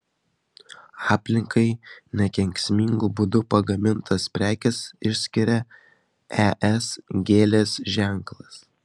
aplinkai nekenksmingu būdu pagamintas prekes išskiria es gėlės ženklas